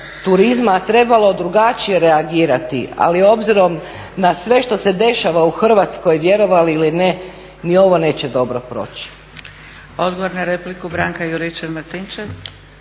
turizma trebalo drugačije reagirati ali obzirom na sve što se dešava u Hrvatskoj vjerovali ili ne ni ovo neće dobro proći.